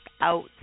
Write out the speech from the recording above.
out